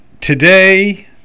today